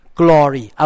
glory